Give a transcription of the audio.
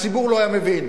הציבור לא היה מבין.